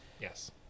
yes